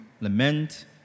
lament